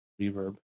reverb